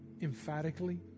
emphatically